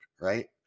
right